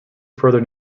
further